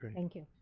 thank you.